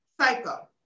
Psycho